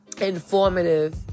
informative